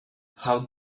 how